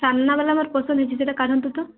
ସାମ୍ନା ବାଲା ମୋର ପସନ୍ଦ ହେଇଛି ଟିକେ କାଢ଼ନ୍ତୁ ତ